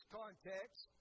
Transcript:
context